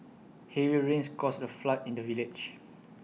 heavy rains caused A flood in the village